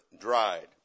dried